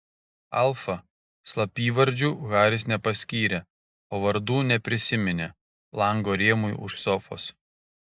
alfa slapyvardžių haris nepaskyrė o vardų neprisiminė lango rėmui už sofos